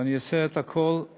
ואני אעשה את הכול,